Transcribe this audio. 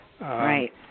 Right